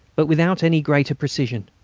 but without any greater precision.